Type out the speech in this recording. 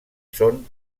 són